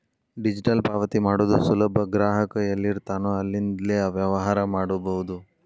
digital ಪಾವತಿ ಮಾಡೋದು ಸುಲಭ ಗ್ರಾಹಕ ಎಲ್ಲಿರ್ತಾನೋ ಅಲ್ಲಿಂದ್ಲೇ ವ್ಯವಹಾರ ಮಾಡಬೋದು